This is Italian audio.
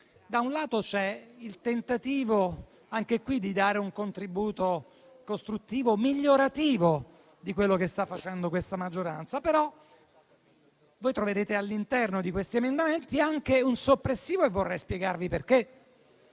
da un lato, c'è il tentativo di dare un contributo costruttivo e migliorativo a quello che sta facendo questa maggioranza. Troverete però all'interno di questi emendamenti anche un soppressivo e vorrei spiegarvi le